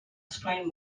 explain